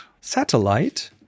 satellite